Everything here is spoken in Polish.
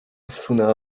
wsunęła